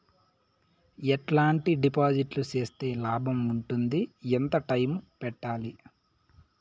ఎట్లాంటి డిపాజిట్లు సేస్తే లాభం ఉంటుంది? ఎంత టైము పెట్టాలి?